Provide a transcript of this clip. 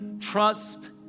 Trust